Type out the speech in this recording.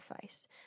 face